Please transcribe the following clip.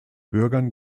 bürgern